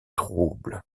trouble